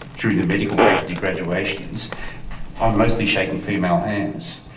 during the medical faculty graduations i'm mostly shaking female hands.